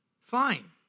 fine